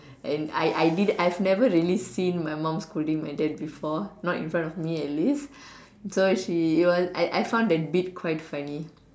and I I did I've never really seen my mom scolding my dad before not in front of me atleast so she it was I I found that bit quite funny